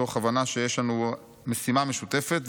מתוך הבנה שיש לנו משימה משותפת,